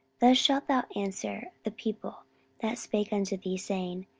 thus shalt thou answer the people that spake unto thee, saying,